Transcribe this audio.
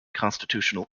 constitutional